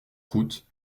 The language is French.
croûte